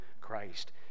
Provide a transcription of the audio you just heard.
Christ